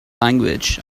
language